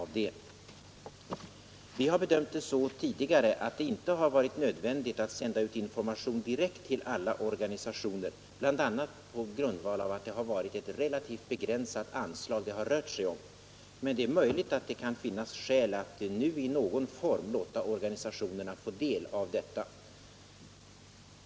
Vi har tidigare bedömt det så att det inte har varit nödvändigt att sända ut information direkt till alla organisationer, bl.a. på grund av att det är ett relativt begränsat anslag som det har rört sig om. Men det är möjligt att det kan finnas skäl att nu i någon form låta organisationerna få del av detta.